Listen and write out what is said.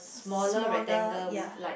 smaller ya